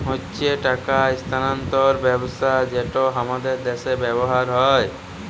হচ্যে টাকা স্থানান্তর ব্যবস্থা যেটা হামাদের দ্যাশে ব্যবহার হ্যয়